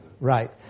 right